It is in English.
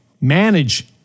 manage